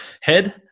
head